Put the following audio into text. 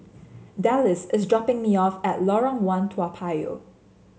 Dallas is dropping me off at Lorong One Toa Payoh